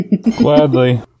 Gladly